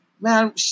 man